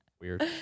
Weird